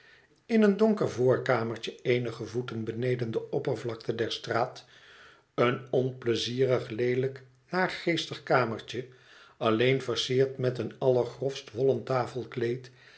in een donker voorkamertje eenige voeten beneden de oppervlakte der straat een onpleizierig leehjk naargeestig kamertje alleen versierd met een allergrofst wollen